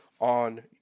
on